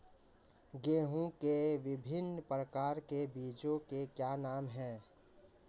गेहूँ के विभिन्न प्रकार के बीजों के क्या नाम हैं?